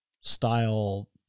style